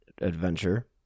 adventure